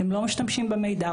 אתם לא משתמשים במידע,